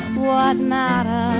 what matter